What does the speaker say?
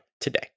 today